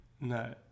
No